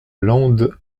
lande